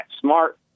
smart